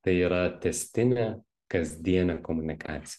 tai yra tęstinė kasdienė komunikacija